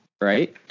right